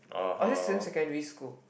or is it same secondary school